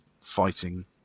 fighting